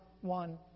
one